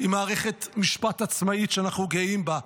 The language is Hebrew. עם מערכת משפט עצמאית שאנחנו גאים בה,